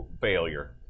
failure